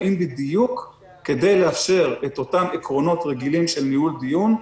באים בדיוק כדי לאפשר את אותם עקרונות רגילים של ניהול דיון,